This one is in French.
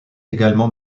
également